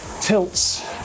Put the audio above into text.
tilts